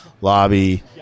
lobby